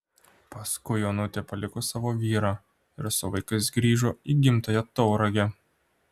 paskui onutė paliko savo vyrą ir su vaikais grįžo į gimtąją tauragę